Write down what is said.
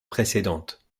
précédente